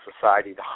Society